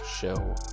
Show